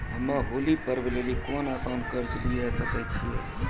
हम्मय होली पर्व लेली कोनो आसान कर्ज लिये सकय छियै?